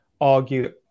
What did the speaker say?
argue